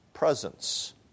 presence